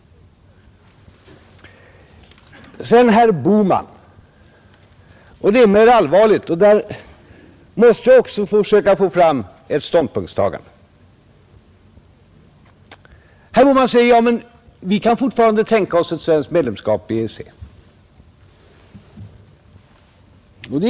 Beträffande herr Bohman är det mera allvarligt. Där måste jag också försöka få fram ett ståndpunktstagande. Herr Bohman säger: ”Vi kan fortfarande tänka oss ett svenskt medlemskap i EEC.